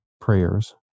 prayers